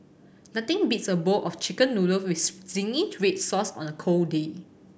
nothing beats a bowl of Chicken Noodles with zingy red sauce on a cold day